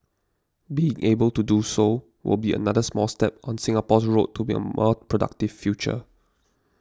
being able to do so will be another small step on Singapore's road to a more productive future